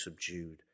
subdued